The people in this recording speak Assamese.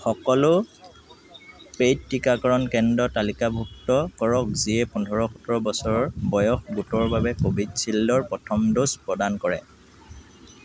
সকলো পে'ইড টীকাকৰণ কেন্দ্ৰ তালিকাভুক্ত কৰক যিয়ে পোন্ধৰ সোতৰ বছৰ বয়স গোটৰ বাবে কোভিচিল্ডৰ প্ৰথম ড'জ প্ৰদান কৰে